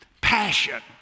Passion